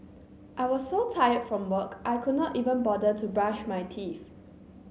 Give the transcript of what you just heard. I was so tired from work I could not even bother to brush my teeth